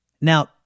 Now